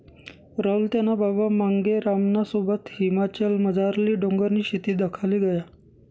राहुल त्याना बाबा मांगेरामना सोबत हिमाचलमझारली डोंगरनी शेती दखाले गया